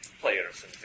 players